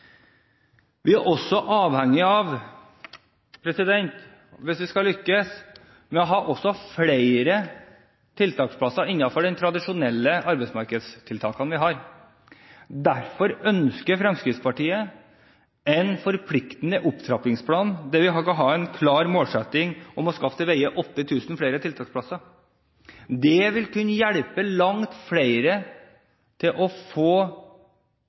Vi er også avhengig av hvis vi skal lykkes, å ha flere tiltaksplasser innenfor de tradisjonelle arbeidsmarkedstiltakene. Derfor ønsker Fremskrittspartiet en forpliktende opptrappingsplan, der vi har en klar målsetting om å skaffe til veie 8 000 flere tiltaksplasser. Det vil kunne hjelpe langt flere til å få